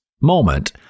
moment